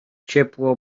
ciepło